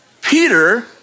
Peter